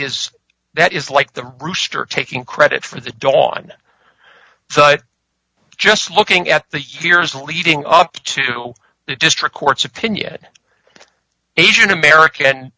is that is like the rooster taking credit for the dawn but just looking at the years leading up to the district court's opinion asian american